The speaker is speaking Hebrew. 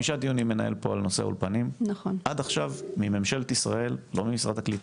עד עכשיו, מממשלת ישראל, לא ממשרד הקליטה,